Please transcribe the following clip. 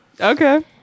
okay